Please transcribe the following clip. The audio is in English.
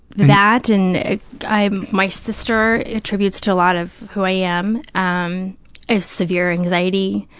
that and i, my sister attributes to a lot of who i am. um i have severe anxiety,